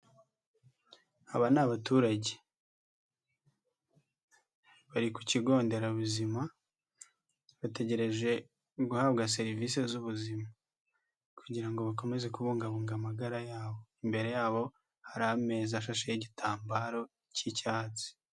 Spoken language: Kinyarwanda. Aba ni abaturage bari ku kigo nderabuzima bategereje guhabwa serivisi z'ubuzima kugira ngo bakomeze kubungabunga amagara yabo imbere yabo hari ameza ashasheho igitambaro cy'icyatsi.